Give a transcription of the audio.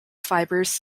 fibers